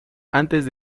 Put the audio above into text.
antes